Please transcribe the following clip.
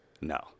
No